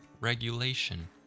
regulation